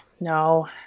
no